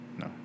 No